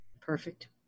perfect